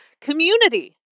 community